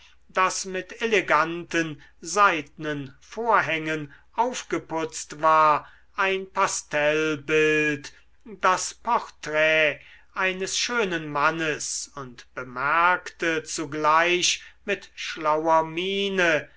das mit eleganten seidnen vorhängen aufgeputzt war ein pastellbild das porträt eines schönen mannes und bemerkte zugleich mit schlauer miene